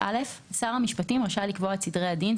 לתעבורה22.(א)שר המשפטים רשאי לקבוע את סדרי הדין,